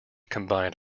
combined